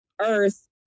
earth